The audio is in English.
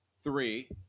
three